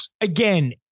Again